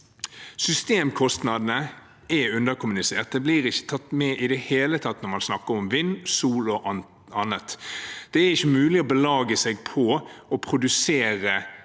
Systemkostnadene er underkommunisert. Det blir ikke tatt med i det hele tatt når man snakker om vind, sol og annet. Det er ikke mulig å belage seg på å produsere